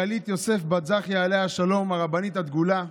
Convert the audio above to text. מרגלית יוסף בת זכייה, עליה השלום, הרבנית הדגולה,